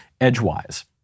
edgewise